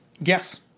Yes